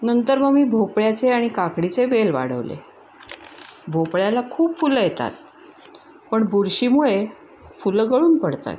नंतर मं मी भोपळ्याचे आणि काकडीचे वेल वाढवले भोपळ्याला खूप फुलं येतात पण बुरशीमुळे फुलं गळून पडत आहेत